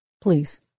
Please